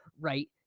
right